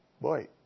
boy